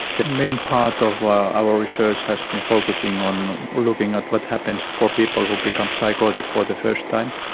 the main part of our research has been focusing on looking at what happens for people who become psychotic for the first time.